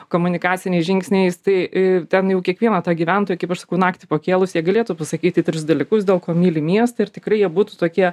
komunikaciniais žingsniais tai ten jau kiekvieno to gyventojo kaip aš sakau naktį pakėlus jie galėtų pasakyti tris dalykus dėl ko myli miestą ir tikrai jie būtų tokie